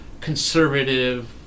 conservative